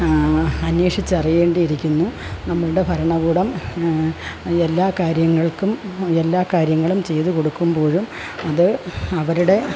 അന്വേഷിച്ച് അറിയേണ്ടിയിരിക്കുന്നു നമ്മളുടെ ഭരണകൂടം എല്ലാ കാര്യങ്ങൾക്കും എല്ലാ കാര്യങ്ങളും ചെയ്തുകൊടുക്കുമ്പോഴും അത് അവരുടെ